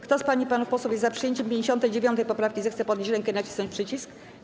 Kto z pań i panów posłów jest za przyjęciem 59. poprawki, zechce podnieść rękę i nacisnąć przycisk.